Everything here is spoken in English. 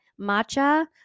matcha